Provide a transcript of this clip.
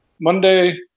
Monday